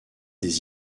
des